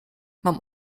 mam